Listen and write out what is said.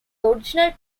original